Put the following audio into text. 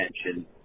attention